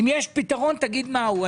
אם יש פתרון תאמר מהו.